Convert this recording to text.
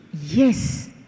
Yes